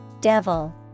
Devil